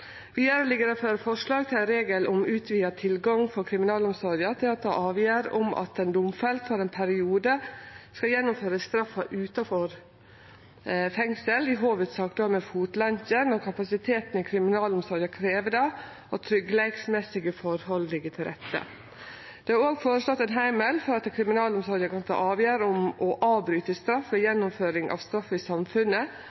Vidare ligg det føre forslag til ein regel om utvida tilgang for kriminalomsorga til å ta avgjerd om at ein domfelt for ein periode skal gjennomføre straffa utanfor fengsel, i hovudsak då med fotlenkje, når kapasiteten i kriminalomsorga krev det, og tryggleiksmessige forhold ligg til rette. Det er òg føreslått ein heimel for at kriminalomsorga kan ta avgjerd om å avbryte straff